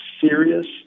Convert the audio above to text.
serious